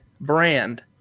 brand